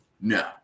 No